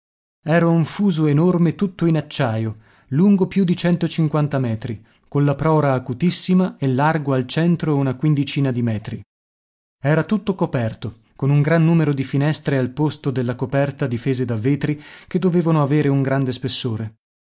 era un fuso enorme tutto in acciaio lungo più di centocinquanta metri colla prora acutissima e largo al centro una quindicina di metri era tutto coperto con un gran numero di finestre al posto della coperta difese da vetri che dovevano avere un grande spessore